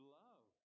love